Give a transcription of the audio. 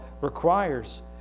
requires